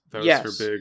Yes